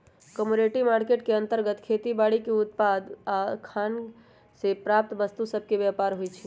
commodity market के अंतर्गत खेती बाड़ीके उत्पाद आऽ खान से प्राप्त वस्तु सभके व्यापार होइ छइ